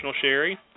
Sherry